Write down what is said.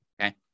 Okay